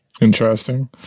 Interesting